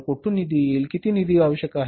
कोठून निधी येईल किती निधी आवश्यक आहे